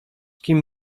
kim